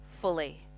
fully